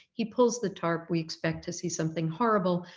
he pulls the tarp, we expect to see something horrible,